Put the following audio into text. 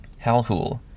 Halhul